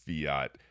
fiat